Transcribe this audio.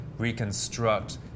reconstruct